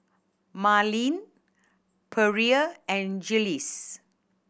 Marlene Perla and Jiles